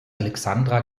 alexandra